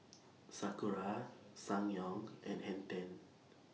Sakura Ssangyong and Hang ten